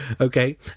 Okay